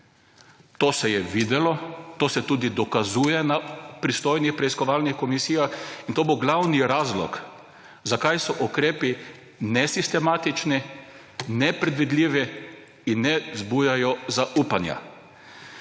To se je videlo, to se tudi dokazuje na pristojnih preiskovalnih komisijah in to bo glavni razlog, zakaj so ukrepi nesistematični, nepredvidljivi in ne vzbujajo zaupanja.